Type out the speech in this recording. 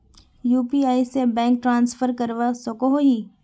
UPI से bank transfer करवा सकोहो ही?